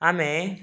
ଆମେ